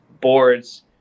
boards